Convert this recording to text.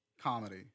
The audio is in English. comedy